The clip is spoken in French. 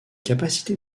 capacité